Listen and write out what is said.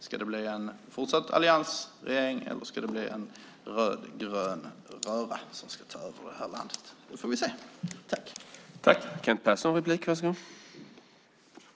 Blir det en fortsatt alliansregering eller en rödgrön röra som tar över det här landet? Det får vi se.